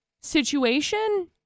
situation